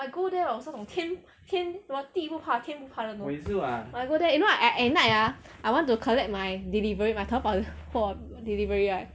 I go there 是那种天天什么地不怕天不怕 I go there you know ah I at night ah I want to collect my delivery my Taobao 货 delivery right